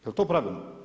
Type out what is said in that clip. Je li to pravilno?